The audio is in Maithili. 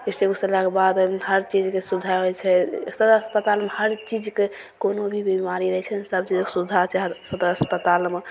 स्टील घुसेलाके बाद हर चीजके सुविधा होइ छै सर अस्पताल मे हर चीजके कोनो भी बीमारी रहय छै सभचीजके सुविधा होइ छै हर सदर अस्पतालमे